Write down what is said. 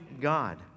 God